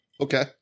Okay